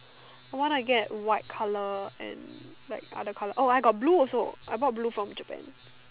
I wanna get white colour and like other colour oh I got blue also I bought blue from Japan